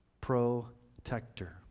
protector